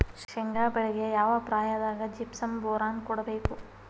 ಶೇಂಗಾ ಬೆಳೆಗೆ ಯಾವ ಪ್ರಾಯದಾಗ ಜಿಪ್ಸಂ ಬೋರಾನ್ ಕೊಡಬೇಕು?